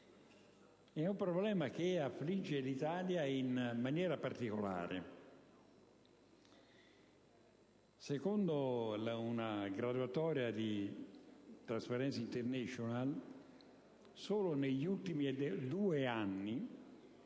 della corruzione affligge l'Italia in maniera particolare. Secondo una graduatoria di *Transparency international*, solo negli ultimi due anni,